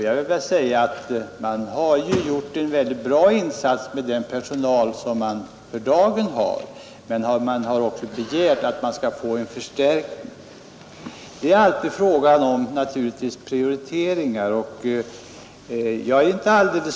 Jag vill säga att de gjort en mycket bra insats med den personal de för dagen har, men de har också begärt en förstärkning. Det är i sådana här fall alltid en fråga om prioritering.